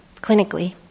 clinically